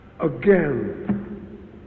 again